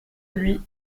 lui